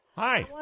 Hi